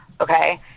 Okay